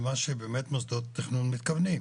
לבין מה שבאמת מוסדות התכנון מתכוונים.